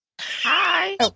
Hi